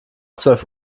zwölf